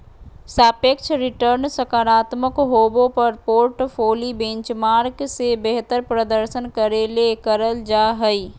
सापेक्ष रिटर्नसकारात्मक होबो पर पोर्टफोली बेंचमार्क से बेहतर प्रदर्शन करे ले करल जा हइ